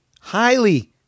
highly